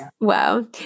Wow